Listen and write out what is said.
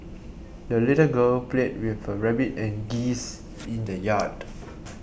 the little girl played with her rabbit and geese in the yard